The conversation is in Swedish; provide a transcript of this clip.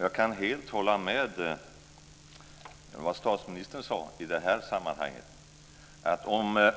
Jag kan helt hålla med om vad statsministern sade i det här sammanhanget. Om